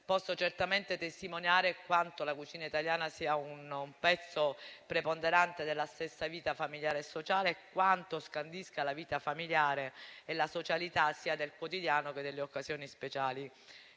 posso certamente testimoniare quanto la cucina italiana sia un pezzo preponderante della stessa vita familiare e sociale, quanto scandisca la vita familiare e la socialità sia nel quotidiano che nelle occasioni speciali.